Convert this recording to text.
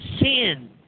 sin